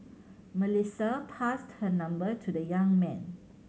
Melissa passed her number to the young man